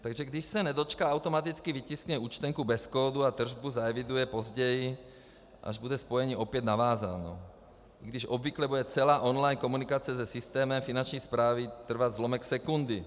Takže když se nedočká, automaticky vytiskne účtenku bez kódu a tržbu zaeviduje později, až bude spojení opět navázáno, i když obvykle bude celá online komunikace se systémem Finanční správy trvat zlomek sekundy.